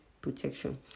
protection